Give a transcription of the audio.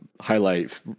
highlight